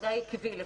חגי עקבי לפחות.